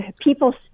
people